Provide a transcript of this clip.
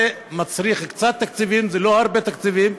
זה מצריך קצת תקציבים, לא הרבה תקציבים,